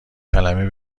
کلمه